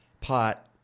pot